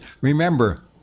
remember